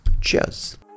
Cheers